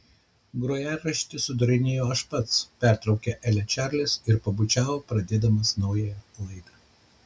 grojaraštį sudarinėju aš pats pertraukė elę čarlis ir pabučiavo pradėdamas naująją laidą